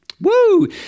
Woo